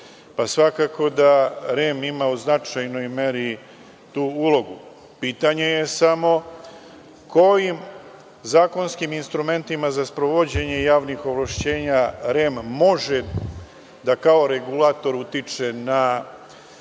i svakako da REM ima u značajnoj meri tu ulogu. Pitanje je samo kojim zakonskim instrumentima za sprovođenje javnih ovlašćenja REM može da kao regulator utiče na